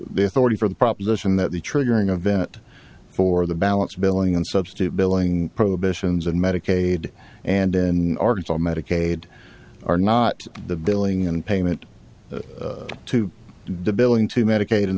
the authority for the proposition that the triggering event for the balance billing and substitute billing prohibitions and medicaid and in arkansas medicaid are not the billing and payment to the billing to medica